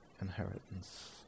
inheritance